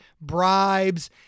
bribes